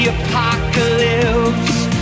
apocalypse